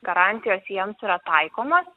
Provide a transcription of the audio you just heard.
garantijos jiems yra taikomos